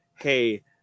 Hey